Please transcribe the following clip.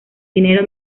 dinero